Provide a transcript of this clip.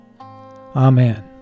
Amen